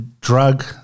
drug